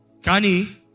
Kani